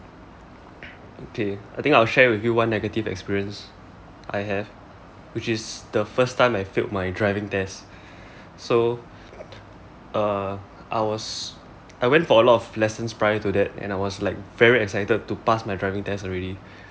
okay I think I'll share with you one negative experience I have which is the first time I failed my driving test so uh I was I went for a lot of lessons prior to that and I was like very excited to pass my driving test already